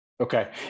Okay